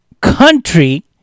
country